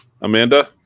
Amanda